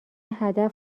هدف